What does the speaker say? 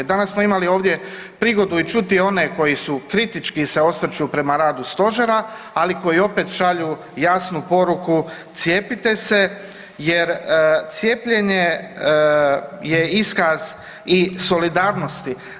Danas smo imali ovdje prigodu i čuti one koji su kritički se osvrću prema radu stožera, ali koji opet šalju jasnu poruku cijepite se jer cijepljenje je iskaz i solidarnosti.